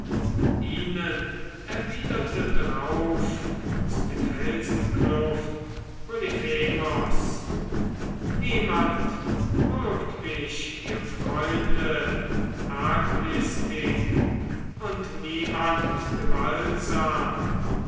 ihnen erwiderte drauf aus der felsenkluft polyphemos niemand würgt mich ihr freund arglistig und keiner gewaltsam